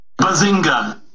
Bazinga